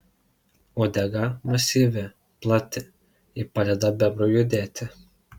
uodega masyvi plati ji padeda bebrui judėti